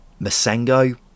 Masengo